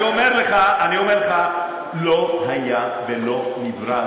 אני אומר לך, לא היה ולא נברא.